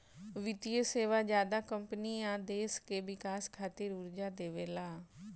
वित्तीय सेवा ज्यादा कम्पनी आ देश के विकास खातिर कर्जा देवेला